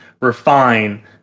refine